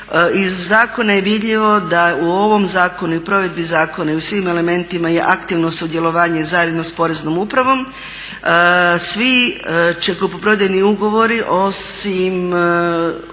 Iz zakona je vidljivo da u ovom zakonu i provedbi zakona i u svim elementima je aktivno sudjelovanje zajedno s Poreznom upravom, svi će kupoprodajni ugovori osim